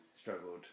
struggled